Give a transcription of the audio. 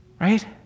right